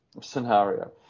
scenario